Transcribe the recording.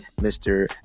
mr